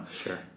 Sure